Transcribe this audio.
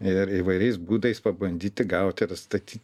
ir įvairiais būdais pabandyti gauti ir atstatyt